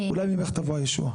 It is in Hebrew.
אולי ממך תבוא הישועה.